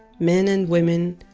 men and women,